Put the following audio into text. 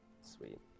Sweet